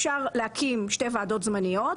אפשר להקים שתי ועדות זמניות,